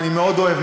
אני מאוד אוהב,